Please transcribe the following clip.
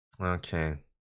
Okay